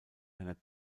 einer